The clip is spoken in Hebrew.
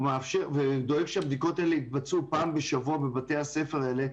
והוא דואג שהבדיקות האלה יתבצעו פעם בשבוע בבתי הספר האלה,